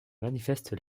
manifeste